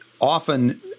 often